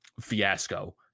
fiasco